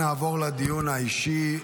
נעבור לדיון האישי.